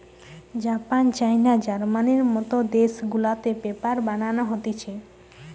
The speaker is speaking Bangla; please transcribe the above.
জাপান, চায়না, জার্মানির মত দেশ গুলাতে পেপার বানানো হতিছে